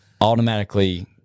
automatically